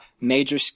major